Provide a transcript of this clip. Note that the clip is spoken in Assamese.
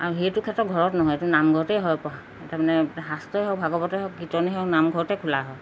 আৰু সেইটো ক্ষেত্ৰত ঘৰত নহয় এইটো নামঘৰতেই হয় পঢ়া তাৰমানে শাস্ত্ৰই হওক ভাগৱতে হওক কীৰ্তনেই হওক নামঘৰতে খোলা হয়